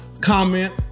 comment